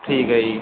ਠੀਕ ਹੈ ਜੀ